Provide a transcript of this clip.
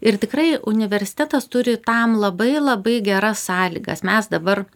ir tikrai universitetas turi tam labai labai geras sąlygas mes dabar